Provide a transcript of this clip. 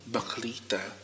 Baklita